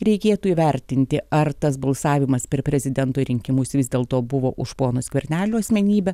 reikėtų įvertinti ar tas balsavimas per prezidento rinkimus vis dėlto buvo už pono skvernelio asmenybę